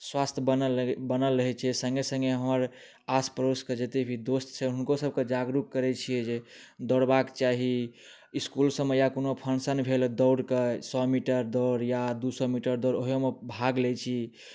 स्वास्थ्य बनल लगै बनल रहै छै सङ्गे सङ्गे हमर आसपड़ोसके जतेक भी दोस्त छै हुनकोसबके जागरूक करै छिए दौड़बाके चाही इसकुल सबमे या कोनो फँक्शन भेल दौड़के सओ मीटर दौड़ या दुइ सओ मीटर दौड़ ओहोमे भाग लै छी